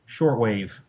shortwave